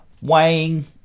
weighing